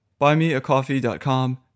buymeacoffee.com